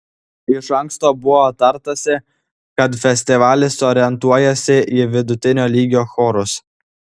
iš anksto buvo tartasi kad festivalis orientuojasi į vidutinio lygio chorus